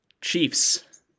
Chiefs